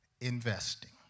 investing